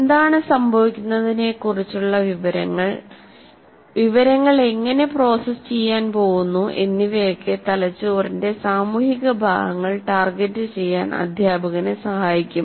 എന്താണ് സംഭവിക്കുന്നതെന്നതിനെക്കുറിച്ചുള്ള വിവരങ്ങൾ വിവരങ്ങൾ എങ്ങനെ പ്രോസസ്സ് ചെയ്യാൻ പോകുന്നു എന്നിവയൊക്കെ തലച്ചോറിന്റെ സാമൂഹിക ഭാഗങ്ങൾ ടാർഗെറ്റുചെയ്യാൻ അധ്യാപകനെ സഹായിക്കും